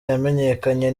yamenyekanye